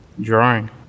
Drawing